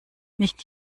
nicht